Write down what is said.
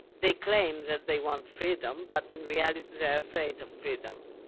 they claim that they want freedom but in reality, they're afraid of freedom.